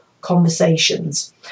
conversations